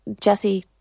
Jesse